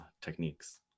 techniques